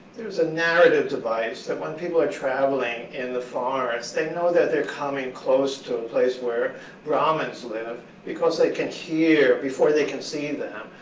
there was a narrative device that when people are traveling in the forest, they know that they're coming close to a place where brahmins live because they can hear it before they can see them.